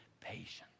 patience